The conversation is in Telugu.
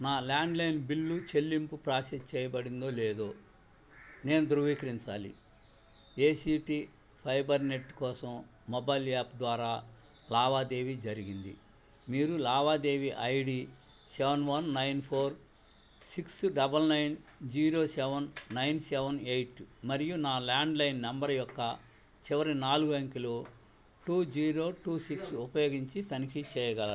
నా ల్యాండ్లైన్ బిల్లు చెల్లింపు ప్రాసెస్ చేయబడిందో లేదో నేను ధృవీకరించాలి ఏసీటీ ఫైబర్నెట్ కోసం మొబైల్ యాప్ ద్వారా లావాదేవీ జరిగింది మీరు లావాదేవీ ID seven one nine four six double nine zero seven nine seven eight మరియు నా ల్యాండ్లైన్ నంబర్ యొక్క చివరి నాలుగు అంకెలు టూ జీరో టూ సిక్స్ ఉపయోగించి తనిఖీ చేయగలరా